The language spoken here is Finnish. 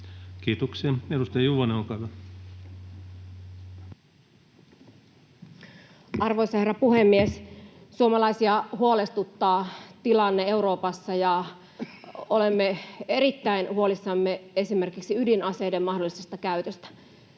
tilanteesta Time: 14:15 Content: Arvoisa herra puhemies! Suomalaisia huolestuttaa tilanne Euroopassa, ja olemme erittäin huolissamme esimerkiksi ydinaseiden mahdollisesta käytöstä.